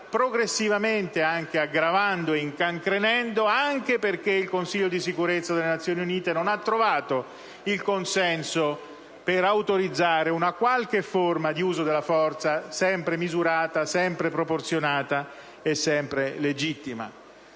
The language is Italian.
progressivamente aggravando e incancrenendo anche perché il Consiglio di sicurezza delle Nazioni Unite non ha trovato il consenso per autorizzare una qualche forma di uso della forza, sempre misurata, proporzionata e legittima.